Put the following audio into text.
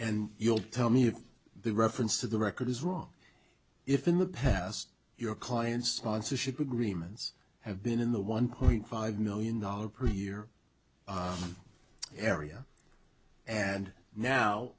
and you'll tell me if the reference to the record is wrong if in the past your client sponsorship agreements have been in the one point five million dollars per year area and now